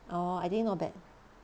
orh I think not bad